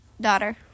daughter